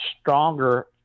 stronger